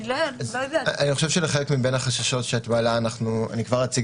אני חושב שלחלק מבין החששות שאת מעלה אני כבר אציג